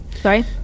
sorry